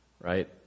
right